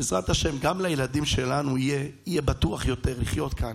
בעזרת השם גם לילדים שלנו יהיה בטוח יותר לחיות כאן,